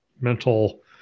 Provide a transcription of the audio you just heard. mental